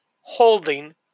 holding